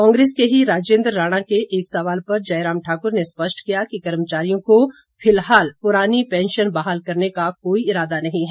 कांग्रेस के ही राजेंद्र राणा के एक सवाल पर जयराम ठाकुर ने स्पष्ट किया कि कर्मचारियों को फिलहाल पुरानी पेंशन बहाल करने का कोई इरादा नहीं है